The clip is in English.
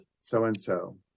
so-and-so